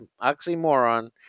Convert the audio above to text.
oxymoron